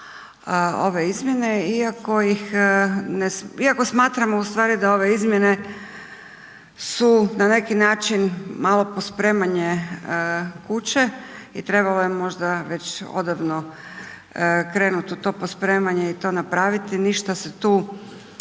iako ih ne, iako smatramo u stvari da ove izmjene su na neki način malo pospremanje kuće i trebalo je možda već odavno krenuto u to pospremanje i to napraviti, ništa se tu